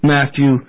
Matthew